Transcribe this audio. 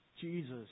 Jesus